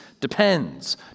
depends